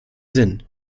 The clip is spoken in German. sinn